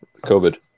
COVID